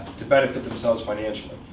to benefit themselves financially.